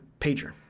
pager